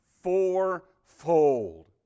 fourfold